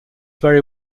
very